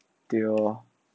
对咯